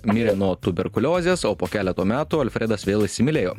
mirė nuo tuberkuliozės o po keleto metų alfredas vėl įsimylėjo